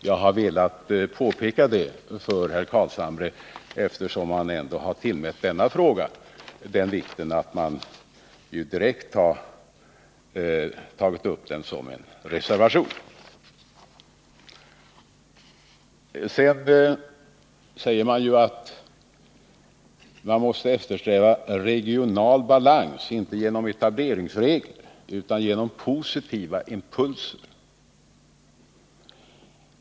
Jag har velat påpeka det för herr Carlshamre, eftersom man tillmätt denna fråga den vikten att man tagit upp den i en reservation. Sedan säger man att man måste eftersträva regional balans inte genom etableringsregler utan genom positiva impulser.